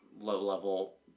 low-level